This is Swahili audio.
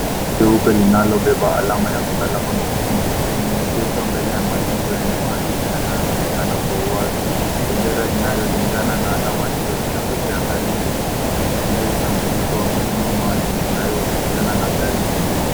Gari jeupe linalobeba alama ya msalaba mwekundu limegeshwa mbele ya majengo yenye maandishi yanayoonekana kwa wazi. Bendera inayolingana na alama hiyo inapepea karibu, ikisisitiza utambulisho wa huduma maalumu inayohusiana na gari hilo.